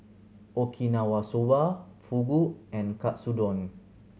Okinawa Soba Fugu and Katsudon